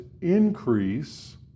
increase